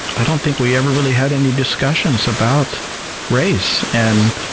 i don't think we ever really had any discussions about race and